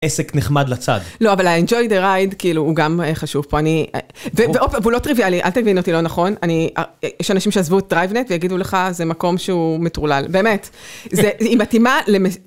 עסק נחמד לצד. לא, אבל ה-enjoy the ride, כאילו, הוא גם חשוב, פה אני... והוא לא טריוויאלי, אל תבין אותי, לא נכון, אני... יש אנשים שעזבו את DriveNet ויגידו לך, זה מקום שהוא מטרולל, באמת. היא מתאימה למס...